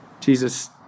Jesus